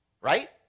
Right